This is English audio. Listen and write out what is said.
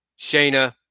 Shayna